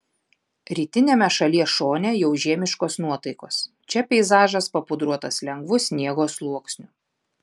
rytiniame šalies šone jau žiemiškos nuotaikos čia peizažas papudruotas lengvu sniego sluoksniu